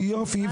יופי.